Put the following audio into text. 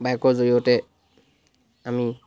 বাইকৰ জৰিয়তে আমি